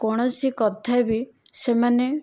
କୌଣସି କଥା ବି ସେମାନେ